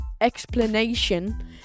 explanation